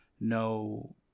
no